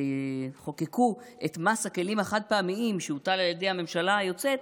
כשחוקקו את מס הכלים החד-פעמיים שהוטל על ידי הממשלה היוצאת,